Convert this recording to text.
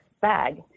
bag